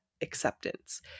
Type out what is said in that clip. acceptance